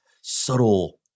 subtle